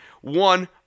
One